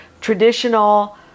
traditional